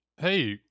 Hey